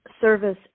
service